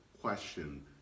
question